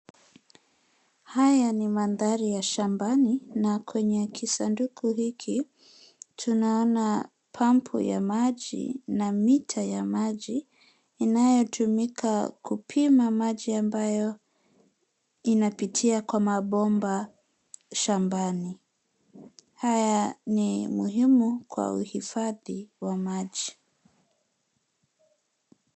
Haya ni mandhari ya shambani, na kwenye kisanduku hiki, tunaona pampu ya maji na mita ya maji inayotumika kupima maji ambayo inapitia kwa mabomba shambani. Haya ni muhimu kwa uhifandhi wa maji.